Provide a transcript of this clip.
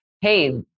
hey